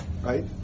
right